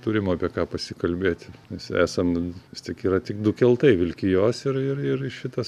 turim apie ką pasikalbėti mes esam vis tik yra tik du keltai vilkijos ir ir ir šitas